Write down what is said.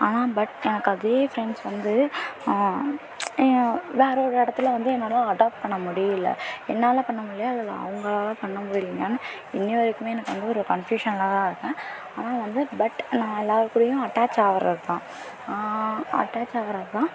ஆனால் பட் எனக்கு அதே ஃப்ரெண்ட்ஸ் வந்து ஏ வேறு ஒரு இடத்துல வந்து என்னால் அடாப் பண்ண முடியல என்னால் பண்ண முடிலையா இல்லை அவங்களால பண்ண முடியலையான்னு இன்னை வரைக்குமே எனக்கு வந்து ஒரு கன்ஃப்யூஸனில் தான் இருக்கேன் ஆனால் வந்து பட் நான் எல்லாேர் கூடயும் அட்டாச் ஆகிறது தான் அட்டாச் ஆகிறது தான்